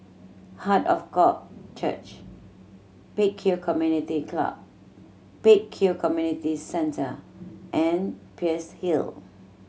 Heart of God Church Pek Kio Community Club Pek Kio Community Centre and Peirce Hill